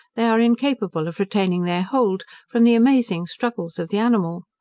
they are incapable of retaining their hold, from the amazing struggles of the animal.